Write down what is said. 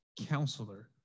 counselor